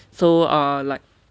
so ah like